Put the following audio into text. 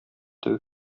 теге